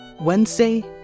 wednesday